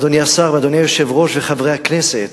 אדוני השר ואדוני היושב-ראש וחברי הכנסת,